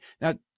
Now